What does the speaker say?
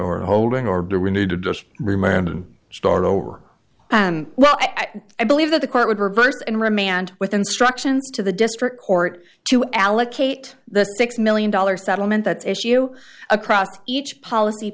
or holding or do we need to just remind and start over well i believe that the court would reverse and remand with instructions to the district court to allocate the six million dollars settlement that issue across each policy